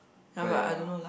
but ya